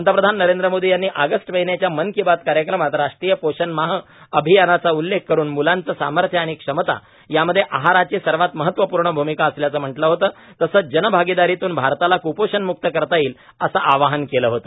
पंतप्रधान नरेंद्र मोदी यांनी ऑगस्ट महिन्याच्या मन की बात कार्यक्रमात राष्ट्रीय पोषण माह अभियानाचा उल्लेख करून मुलांचे सामर्थ्य आणि क्षमता यामध्ये आहाराची सर्वात महत्वपूर्ण भूमिका असल्याचे म्हटले होते तसंच जनभागीदारीतून भारताला क्पोषण म्क्त करता येईल असे आवाहन केले होते